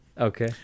Okay